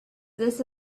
this